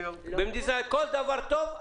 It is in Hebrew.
כל דבר טוב,